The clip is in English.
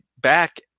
back